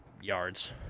yards